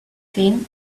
thin